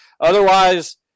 Otherwise